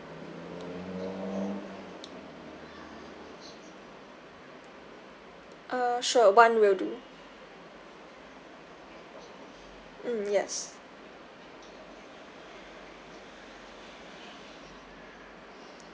uh sure one will do mm yes